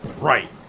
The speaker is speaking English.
right